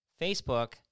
Facebook